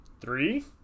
three